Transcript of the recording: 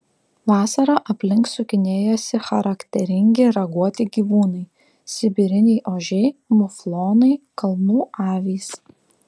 vasarą aplink sukinėjasi charakteringi raguoti gyvūnai sibiriniai ožiai muflonai kalnų avys